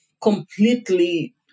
completely